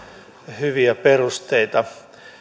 hyviä perusteita